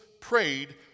prayed